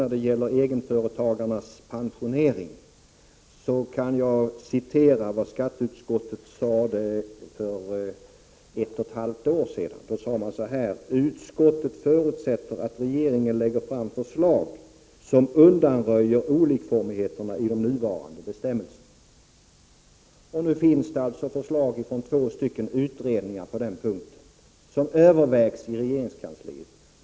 När det gäller egenföretagarnas pensionering kan jag citera vad skatteutskottet sade för ett och ett halvt år sedan, nämligen: Utskottet förutsätter att regeringen lägger fram förslag som undanröjer olikformigheterna i de nuvarande bestämmelserna. Nu finns det alltså på den punkten förslag från två utredningar som övervägs i regeringskansliet.